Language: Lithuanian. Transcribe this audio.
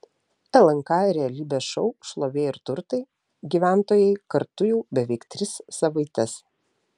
lnk realybės šou šlovė ir turtai gyventojai kartu jau beveik tris savaites